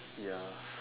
ya